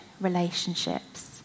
relationships